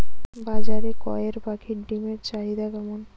বাজারে কয়ের পাখীর ডিমের চাহিদা কেমন?